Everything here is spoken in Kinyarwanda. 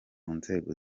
nzego